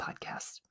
podcast